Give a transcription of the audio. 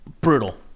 Brutal